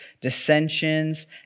dissensions